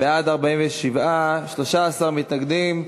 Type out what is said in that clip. בעד, 47, 13 מתנגדים.